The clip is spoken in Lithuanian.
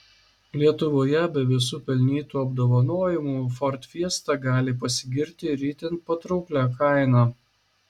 lietuvoje be visų pelnytų apdovanojimų ford fiesta gali pasigirti ir itin patrauklia kaina